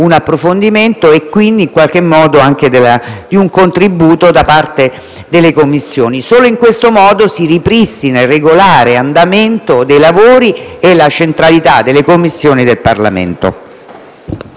un approfondimento e di dare un contributo da parte delle Commissioni. Solo in questo modo, infatti, si ripristina il regolare andamento dei lavori e la centralità delle Commissioni del Parlamento.